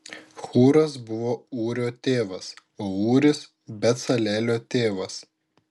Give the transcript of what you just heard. hūras buvo ūrio tėvas o ūris becalelio tėvas